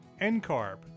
NCARB